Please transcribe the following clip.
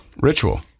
ritual